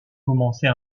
commencer